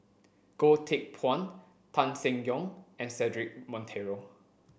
Goh Teck Phuan Tan Seng Yong and Cedric Monteiro